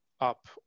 up